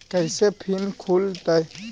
कैसे फिन खुल तय?